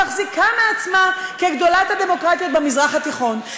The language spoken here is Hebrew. שמחזיקה מעצמה כגדולת הדמוקרטיות במזרח התיכון,